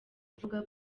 kuvuga